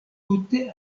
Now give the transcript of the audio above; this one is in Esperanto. tute